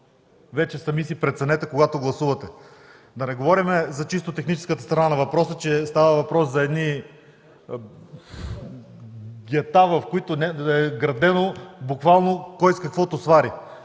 Това сами преценете, когато гласувате. Да не говорим за чисто техническата страна на въпроса, че става дума за едни гета, където е градено кой с каквото свари